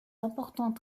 importants